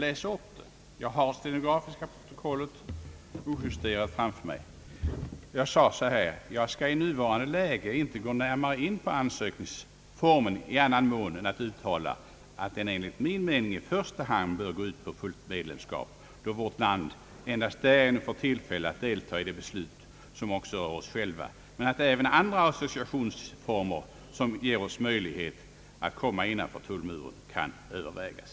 Jag har det stenografiska protokollet ojusterat framför mig och skall läsa upp ett stycke ur det för honom: »Jag skall i nuvarande läge inte gå närmare in på ansökningsformen i annan mån än att uttala att den enligt min mening i första hand bör gå ut på fullt medlemskap, då vårt land endast därigenom får tillfälle att delta i de beslut som också rör oss själva, men att även andra associationsformer, som ger oss möjlighet att komma innanför tullmuren, kan övervägas.»